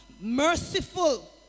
merciful